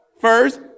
First